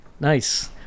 Nice